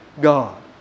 God